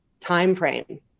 timeframe